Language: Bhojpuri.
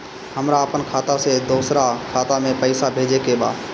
हमरा आपन खाता से दोसरा खाता में पइसा भेजे के बा